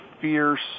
fierce